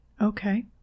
okay